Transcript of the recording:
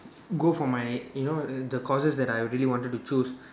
go for my you know the courses that I really wanted to choose